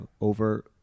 over